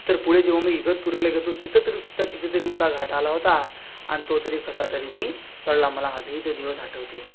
तर पुढे जेव्हा मी इगतपुरीला गेलो होतो तिथं तर नुसतं किती तरी मोठा घाट आला होता अन् तो तरी कसा तरी मी चढला मला आजही ते दिवस आठवते